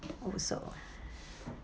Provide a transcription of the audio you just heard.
also